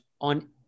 on